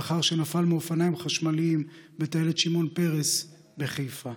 לאחר שנפל מאופניים חשמליים בטיילת שמעון פרס בחיפה.